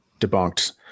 debunked